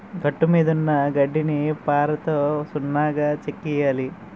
గట్టుమీదున్న గడ్డిని పారతో నున్నగా చెక్కియ్యాల